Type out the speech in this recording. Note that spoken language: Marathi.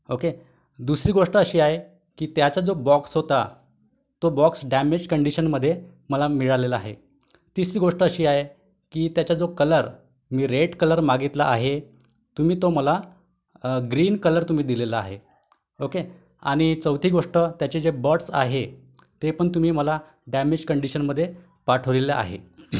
ओके दुसरी गोष्ट अशी आहे की त्याचा जो बॉक्स होता तो बॉक्स डॅमेज कंडिशनमध्ये मला मिळालेला आहे तिसरी गोष्ट अशी आहे की त्याचा जो कलर मी रेड कलर मागितला आहे तुम्ही तो मला ग्रीन कलर तुम्ही दिलेला आहे ओके आणि चौथी गोष्ट त्याचे जे बडस् आहे ते पण तुम्ही मला डॅमेज कंडिशनमध्ये पाठवलेलं आहे